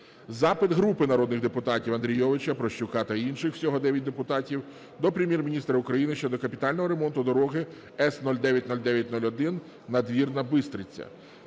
Запит групи народних депутатів (Андрійовича, Прощука та інших. Всього 9 депутатів) до Прем'єр-міністра України щодо капітального ремонту дороги С090901 Надвірна-Бистриця.